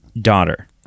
daughter